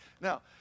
now